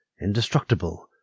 Indestructible